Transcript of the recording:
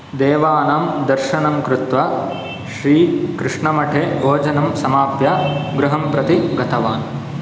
देवानां दर्शनं कृत्वा श्रीकृष्णमठे भोजनं समाप्य गृहं प्रति गतवान्